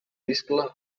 iscle